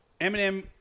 Eminem